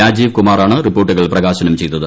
രാജീവ് കുമാറാണ് റിപ്പോർട്ടുകൾ പ്രകാശനം ചെയ്തത്